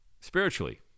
spiritually